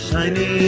Shiny